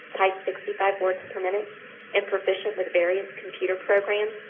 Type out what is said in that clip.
type sixty five words per minute and proficient with various computer programs?